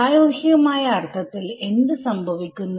പ്രായോഗികമായ അർഥത്തിൽ എന്ത് സംഭവിക്കുന്നത്